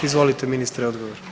Izvolite ministre odgovor.